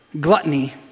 Gluttony